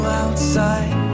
outside